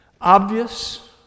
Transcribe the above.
Obvious